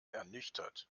ernüchtert